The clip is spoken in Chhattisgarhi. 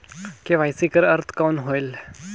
के.वाई.सी कर अर्थ कौन होएल?